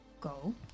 go